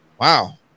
Wow